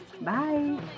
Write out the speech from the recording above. Bye